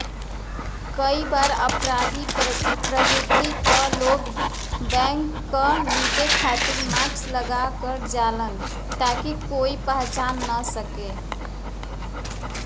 कई बार अपराधी प्रवृत्ति क लोग बैंक क लुटे खातिर मास्क लगा क जालन ताकि कोई पहचान न सके